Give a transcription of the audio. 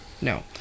No